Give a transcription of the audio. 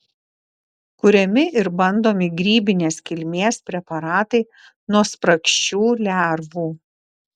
kuriami ir bandomi grybinės kilmės preparatai nuo spragšių lervų